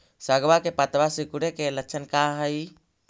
सगवा के पत्तवा सिकुड़े के लक्षण का हाई?